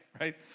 right